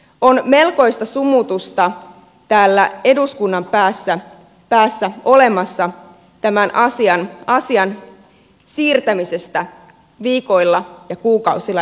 on melkoista sumutusta täällä eduskunnan päässä olemassa kun tätä asiaa siirretään viikoilla ja kuukausilla eteenpäin